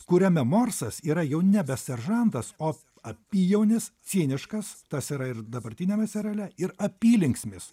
kuriame morsas yra jau nebe seržantas o apyjaunis ciniškas tas yra ir dabartiniame seriale ir apylinksmis